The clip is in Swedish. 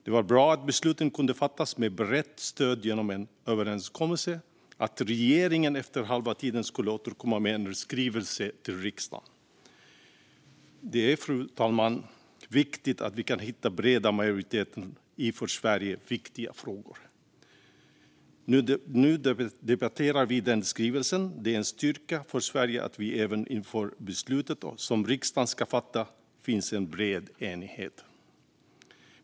Det var bra att besluten kunde fattas med brett stöd genom en överenskommelse om att regeringen efter halva tiden skulle återkomma med en skrivelse till riksdagen. Det är, fru talman, viktigt att vi kan hitta breda majoriteter i för Sverige viktiga frågor. Nu debatterar vi denna skrivelse. Det är en styrka för Sverige att vi även inför det beslut som riksdagen ska fatta har en bred enighet.